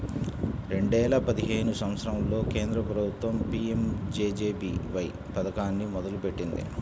రెండేల పదిహేను సంవత్సరంలో కేంద్ర ప్రభుత్వం పీ.యం.జే.జే.బీ.వై పథకాన్ని మొదలుపెట్టింది